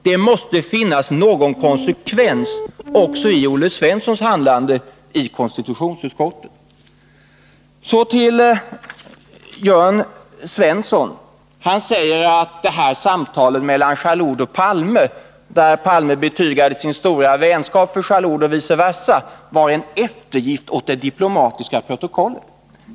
Det måste finnas någon konsekvens också i Olle Svenssons handlande i Så till Jörn Svensson. Han säger att samtalen mellan Jalloud och Palme, vid vilka Palme betygade sin stora vänskap för Jalloud och vice versa, var en eftergift åt det diplomatiska protokollet.